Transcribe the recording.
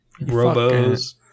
robos